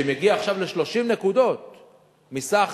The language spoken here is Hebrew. שמגיע עכשיו ל-30 נקודות מסך